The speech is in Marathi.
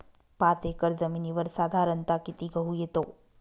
पाच एकर जमिनीवर साधारणत: किती गहू येतो?